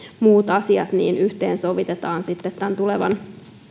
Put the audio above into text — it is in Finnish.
muut asiat yhteensovitetaan tulevan